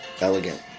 elegant